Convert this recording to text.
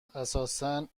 اساسا